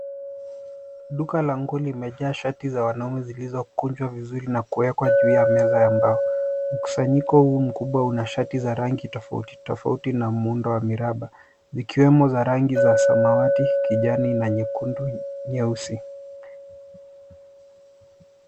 Duka la nguo limejaa shati za wanaume zilizokunjwa vizuri na kuwekwa juu ya meza ya mbao. Mkusanyiko huu mkubwa una shati za rangi tofuati tofauti, na muundo wa miraba, zikiwemo za rangi za samawati, kijani, na nyekundu, nyeusi.